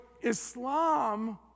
Islam